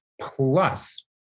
plus